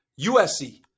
USC